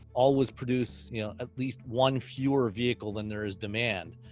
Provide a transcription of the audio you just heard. always produce yeah at least one fewer vehicle than there is demand.